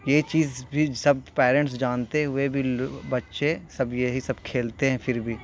یہ چیز بھی سب پیرنٹس جانتے ہوئے بھی بچے سب یہی سب کھیلتے ہیں پھر بھی